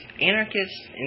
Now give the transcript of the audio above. Anarchists